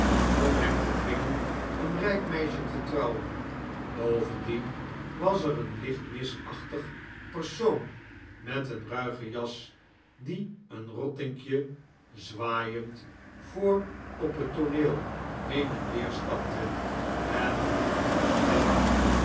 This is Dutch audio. om hem te dwingen een rijk meisje te trouwen bovendien was er een lichtmisachtig persoon met een ruige jas die een rottinkje zwaaiend voor op het tooneel heen en weer stapte en voor een